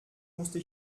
musste